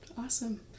awesome